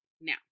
Now